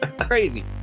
crazy